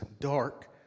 dark